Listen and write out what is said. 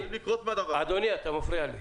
אתה מפריע לי.